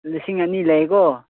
ꯂꯤꯁꯤꯡ ꯑꯅꯤ ꯂꯩꯀꯣ